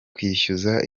kwishyuzwa